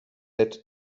auch